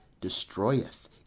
destroyeth